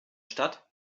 stadt